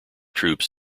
troops